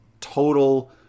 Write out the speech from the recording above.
total